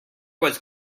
was